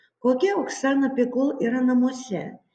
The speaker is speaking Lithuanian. kokia oksana pikul yra namuose